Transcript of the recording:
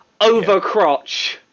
Overcrotch